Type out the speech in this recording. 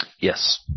Yes